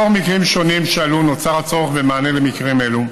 לאור מקרים שונים שעלו נוצר הצורך במענה למקרים אלה.